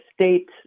state